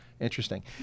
Interesting